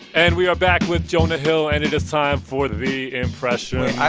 and we are back with jonah hill, and it is time for the impression